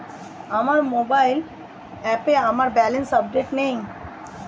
আমার মোবাইল অ্যাপে আমার ব্যালেন্স আপডেটেড নেই